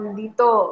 dito